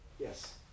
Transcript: Yes